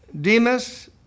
Demas